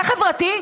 זה חברתי?